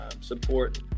support